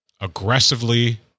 aggressively